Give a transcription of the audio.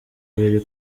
biri